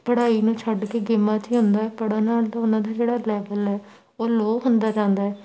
ਪੜ੍ਹਾਈ ਨੂੰ ਛੱਡ ਕੇ ਗੇਮਾਂ 'ਚ ਏ ਹੁੰਦਾ ਪੜ੍ਹਨ ਤਾਂ ਉਹਨਾਂ ਦਾ ਜਿਹੜਾ ਲੈਵਲ ਹੈ ਉਹ ਲੋਅ ਹੁੰਦਾ ਜਾਂਦਾ